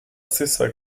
stessa